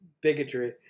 bigotry